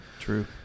True